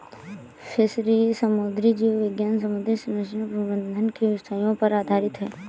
fisheries समुद्री जीव विज्ञान समुद्री संरक्षण प्रबंधन के विषयों पर आधारित है